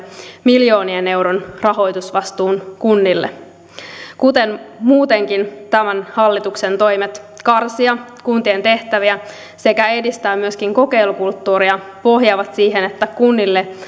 miljoonien eurojen rahoitusvastuun kunnille kuten muutenkin tämän hallituksen toimet karsia kuntien tehtäviä sekä edistää myöskin kokeilukulttuuria pohjaavat siihen että kunnille